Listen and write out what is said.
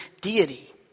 deity